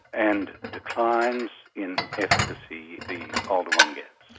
and declines in efficacy the older one gets,